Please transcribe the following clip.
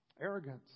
arrogance